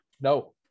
No